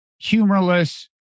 humorless